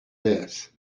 this